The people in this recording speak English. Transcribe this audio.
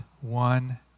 one